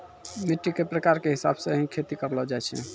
मिट्टी के प्रकार के हिसाब स हीं खेती करलो जाय छै